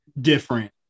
different